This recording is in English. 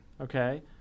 okay